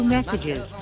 Messages